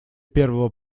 первого